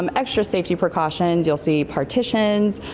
um extra safety precautions you'll see partitions.